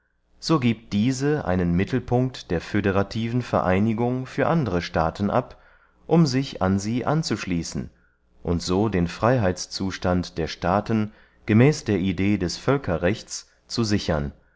so giebt diese einen mittelpunkt der föderativen vereinigung für andere staaten ab um sich an sie anzuschließen und so den freyheitszustand der staaten gemäß der idee des völkerrechts zu sichern